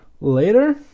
later